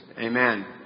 Amen